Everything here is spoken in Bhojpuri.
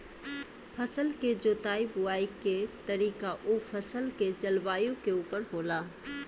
फसल के जोताई बुआई के तरीका उ फसल के जलवायु के उपर होला